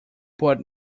but